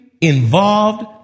involved